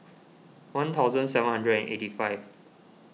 one thousand seven hundred and eighty five